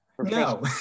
No